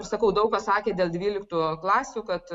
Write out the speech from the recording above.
sakau daug kas sakė dėl dvyliktų klasių kad